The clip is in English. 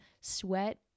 sweat